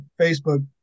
Facebook